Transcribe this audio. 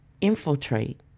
infiltrate